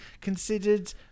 considered